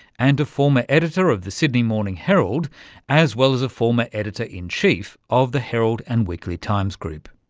and a former editor of the sydney morning herald as well as a former editor in chief of the herald and weekly times group.